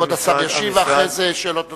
כבוד השר ישיב, ואחרי זה, שאלות נוספות.